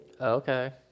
Okay